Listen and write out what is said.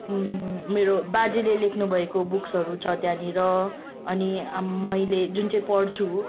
मेरो बाजेले लेख्नुभएको बुक्सहरू छ त्यहाँनेर अनि मैले जुन चाहिँ पढ्छु